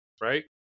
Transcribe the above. right